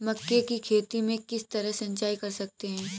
मक्के की खेती में किस तरह सिंचाई कर सकते हैं?